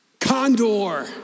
condor